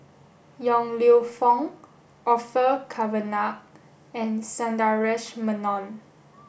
Yong Lew Foong Orfeur Cavenagh and Sundaresh Menon